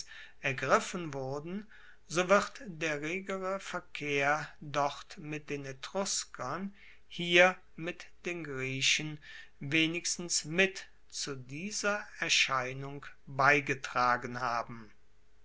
ergriffen wurden so wird der regere verkehr dort mit den etruskern hier mit den griechen wenigstens mit zu dieser erscheinung beigetragen haben